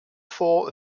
four